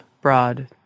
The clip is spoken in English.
broad